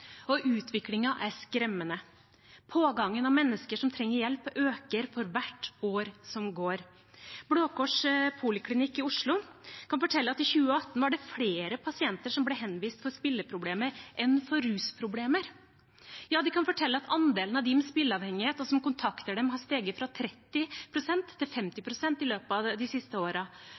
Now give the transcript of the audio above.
og utviklingen er skremmende. Pågangen av mennesker som trenger hjelp, øker for hvert år som går. Blå Kors Poliklinikk i Oslo kan fortelle at det i 2018 var flere pasienter som ble henvist for spilleproblemer enn for rusproblemer. Ja, de kan fortelle at andelen av dem med spilleavhengighet som kontakter dem, har steget fra 30 pst. til 50 pst. i løpet av de siste